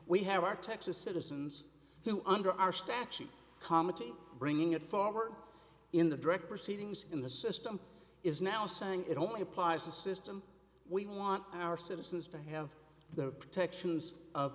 we have our texas citizens who under our statute comedy bringing it forward in the breck proceedings in the system is now saying it only applies to system we want our citizens to have the protections of